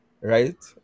right